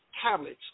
tablets